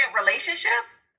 relationships